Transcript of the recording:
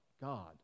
God